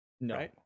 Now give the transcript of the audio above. No